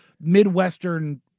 Midwestern